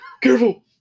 Careful